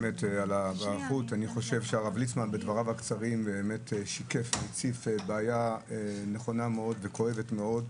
אני חושב שהרב ליצמן בדבריו הקצרים שיקף והציף בעיה נכונה וכואבת מאוד,